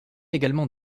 également